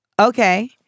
Okay